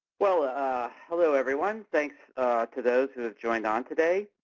well ah hello, everyone. thanks to those who have joined on today.